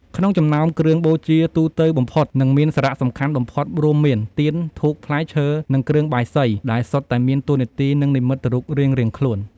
ក្នុងចំណោមគ្រឿងបូជាទូទៅបំផុត និងមានសារៈសំខាន់បំផុតរួមមាន ទៀន ធូប ផ្លែឈើ និងគ្រឿងបាយសី ដែលសុទ្ធតែមានតួនាទី និងនិមិត្តរូបរៀងៗខ្លួន។